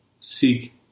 seek